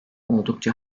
oldukça